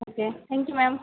okay thank you ma'am